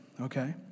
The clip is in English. okay